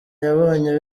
yabonye